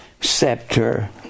scepter